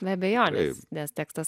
be abejonės nes tekstas